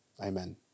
amen